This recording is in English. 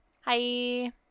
Hi